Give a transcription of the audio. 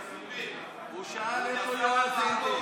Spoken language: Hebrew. הוא שאל איפה יועז הנדל.